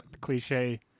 cliche